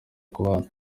kubana